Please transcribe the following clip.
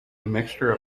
mixture